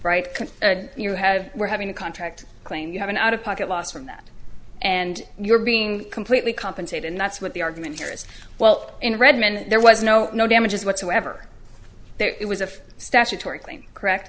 right you have we're having a contract claim you have an out of pocket loss from that and you're being completely compensate and that's what the argument here as well in redmond there was no no damages whatsoever it was a statutory claim correct